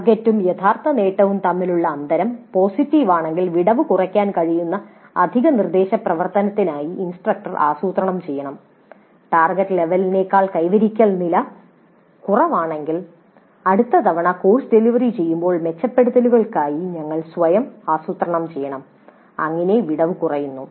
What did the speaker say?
ടാർഗെറ്റും യഥാർത്ഥ നേട്ടവും തമ്മിലുള്ള അന്തരം പോസിറ്റീവ് ആണെങ്കിൽ വിടവ് കുറയ്ക്കാൻ കഴിയുന്ന അധിക നിർദ്ദേശ പ്രവർത്തനങ്ങൾക്കായി ഇൻസ്ട്രക്ടർ ആസൂത്രണം ചെയ്യണം ടാർഗെറ്റ് ലെവലിനേക്കാൾ കൈവരിക്കൽ നില കുറവാണെങ്കിൽ അടുത്ത തവണ കോഴ്സ് ഡെലിവർ ചെയ്യുമ്പോൾ മെച്ചപ്പെടുത്തലുകൾക്കായി ഞങ്ങൾ ആസൂത്രണം ചെയ്യണം അങ്ങനെ വിടവ് കുറയുന്നു